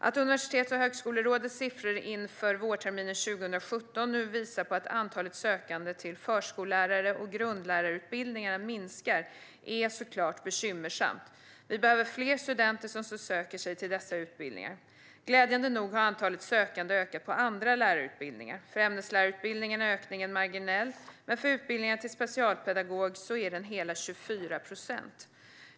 Att Universitets och högskolerådets siffror inför vårterminen 2017 nu visar att antalet sökande till förskollärar och grundlärarutbildningarna minskar är såklart bekymmersamt. Vi behöver fler studenter som söker sig till dessa utbildningar. Glädjande nog har antalet sökande ökat på andra lärarutbildningar. För ämneslärarutbildningarna är ökningen marginell, men för utbildningarna till specialpedagog är den hela 24 procent.